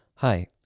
Hi